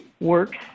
work